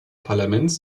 parlaments